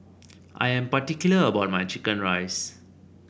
I am particular about my chicken rice